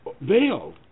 veiled